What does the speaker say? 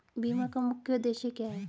बीमा का मुख्य उद्देश्य क्या है?